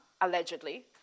allegedly